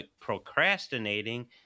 procrastinating